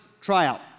tryout